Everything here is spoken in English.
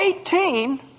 Eighteen